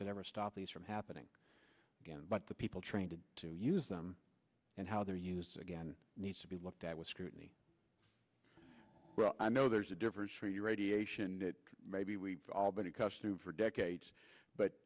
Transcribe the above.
should ever stop these from happening again but the people trained to use them and how they're used again needs to be looked at with scrutiny well i know there's a difference for you radiation that maybe we all but it cuts through for decades but